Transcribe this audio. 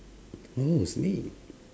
oh a snake